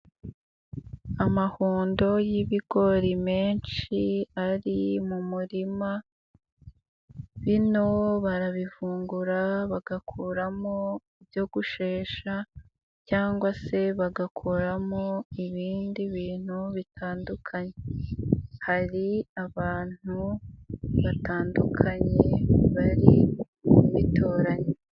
Amahundo y'ibigori menshi ari mu murima bino barabivungura bagakuramo ibyogoshesha cyangwa se bagakuramo ibindi bintu bitandukanye, hari abantu batandukanye bari kubitoranya.